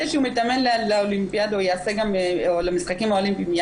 שהוא מתאמן לאולימפיאדה או למשחקים האולימפיים הוא